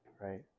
Right